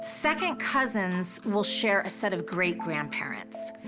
second cousins will share a set of great-grandparents,